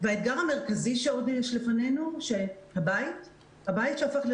האתגר המרכזי שיש לפנינו הוא שהבית שהופך להיות